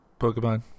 Pokemon